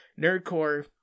Nerdcore